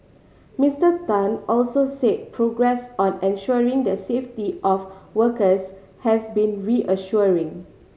Mister Tan also said progress on ensuring the safety of workers has been reassuring